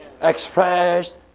expressed